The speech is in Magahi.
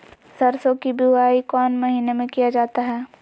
सरसो की बोआई कौन महीने में किया जाता है?